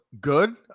good